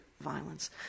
violence